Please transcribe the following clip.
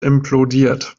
implodiert